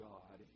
God